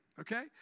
okay